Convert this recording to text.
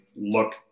look